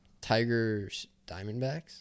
Tigers-Diamondbacks